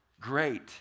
Great